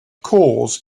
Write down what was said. cause